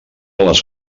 les